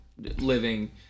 living